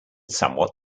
somewhat